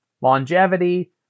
longevity